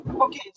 okay